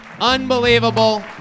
Unbelievable